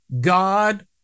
God